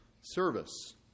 Service